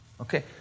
Okay